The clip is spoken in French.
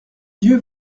dieu